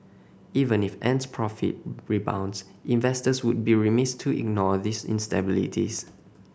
even if Ant's profit rebounds investors would be remiss to ignore these instabilities